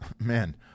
man